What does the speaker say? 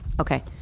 Okay